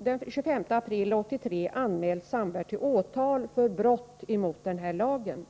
den 25 april 1983 anmält Sandberg till åtal för brott mot hälsooch sjukvårdslagen.